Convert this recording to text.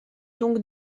donc